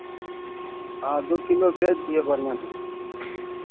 हँ दू किलो भेज दियो बढ़िआँ मिठाइ